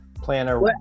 planner